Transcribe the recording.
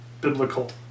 biblical